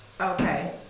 Okay